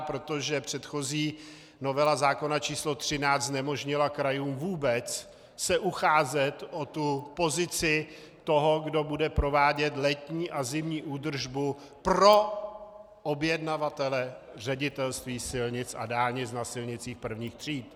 Protože předchozí novela zákona číslo 13 znemožnila krajům vůbec se ucházet o pozici toho, kdo bude provádět letní a zimní údržbu pro objednavatele Ředitelství silnic a dálnic na silnicích prvních tříd.